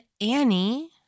Annie